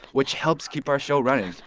which helps keep our show running.